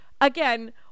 again